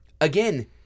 again